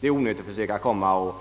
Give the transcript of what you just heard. Det är onödigt att framhålla